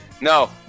No